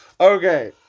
Okay